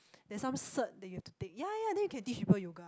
there's some cert that you have to take ya ya then you can teach people yoga